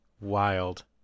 Wild